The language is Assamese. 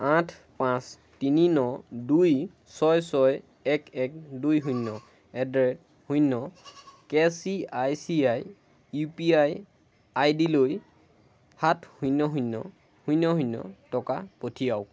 আঠ পাঁচ তিনি ন দুই ছয় ছয় এক এক দুই শূন্য এট দ্য ৰেট শূন্য K C I C I U P I আইডিলৈ সাত শূন্য শূন্য শূন্য টকা পঠিয়াওক